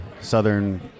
southern